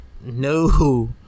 No